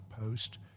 post